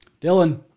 Dylan